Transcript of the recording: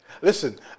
Listen